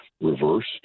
reversed